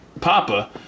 Papa